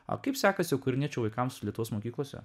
o kaip sekasi ukrauniečių vaikams lietuvos mokyklose